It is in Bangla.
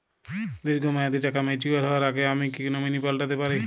দীর্ঘ মেয়াদি টাকা ম্যাচিউর হবার আগে আমি কি নমিনি পাল্টা তে পারি?